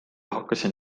hakkasin